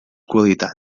qualitats